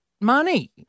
money